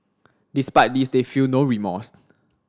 despite this they feel no remorse